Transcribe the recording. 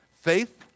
Faith